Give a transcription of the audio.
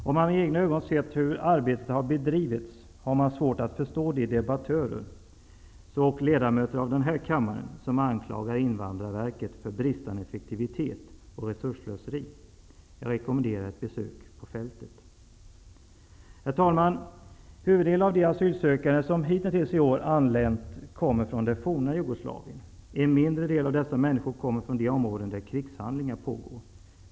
Har man med egna ögon sett hur arbetet har bedrivits, har man svårt att förstå de debattörer, så ock ledamöter av denna kammare, som anklagar Invandrarverket för bristande effektivitet och resursslöseri. Jag rekommenderar ett besök på fältet. Herr talman! Huvuddelen av de asylsökande som anlänt hitintills i år kommer från det forna Jugoslavien. En mindre del av dessa människor kommer från de områden där krigshandlingar pågår.